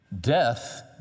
Death